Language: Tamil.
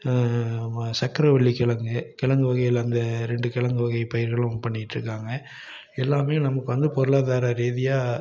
சக்கரைவள்ளி கிழங்கு கிழங்கு வகையில் அந்த ரெண்டு கிழங்கு வகை பயிர்களும் பண்ணிட்டுருக்காங்க எல்லாம் நமக்கு வந்து பொருளாதார ரீதியாக